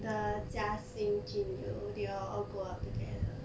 the jia xin jun you they all all go out together